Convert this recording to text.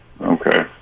Okay